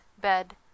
bed